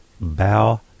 Bow